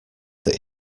that